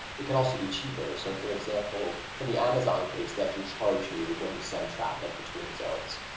it can also be cheaper. so for example, in the amazon case, they actually charge you when you send traffic between zones.